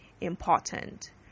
important